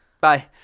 bye